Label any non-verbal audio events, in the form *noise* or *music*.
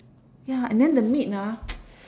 ya and then the meat ah *noise*